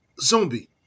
zombie